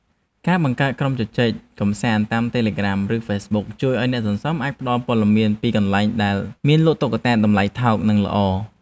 ការបង្កើតក្រុមជជែកកម្សាន្តតាម តេឡេក្រាម ឬហ្វេសប៊ុក ជួយឱ្យអ្នកសន្សំអាចផ្ដល់ព័ត៌មានពីកន្លែងដែលមានលក់តុក្កតាដែលមានតម្លៃថោកនិងល្អ។